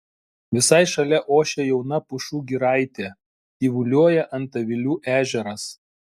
visai šalia ošia jauna pušų giraitė tyvuliuoja antavilių ežeras